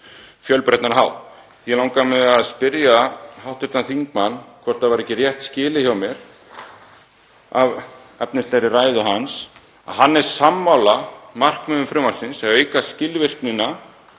fjölbreyttan hátt. Því langar mig að spyrja hv. þingmann hvort það hafi ekki verið rétt skilið hjá mér af efnislegri ræðu hans að hann sé sammála markmiðum frumvarpsins um að auka skilvirknina.